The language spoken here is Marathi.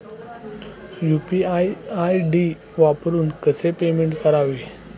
यु.पी.आय आय.डी वापरून कसे पेमेंट करावे?